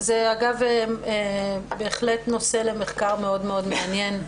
אבל זה בהחלט נושא למחקר מאוד מאוד מעניין.